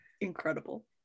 Incredible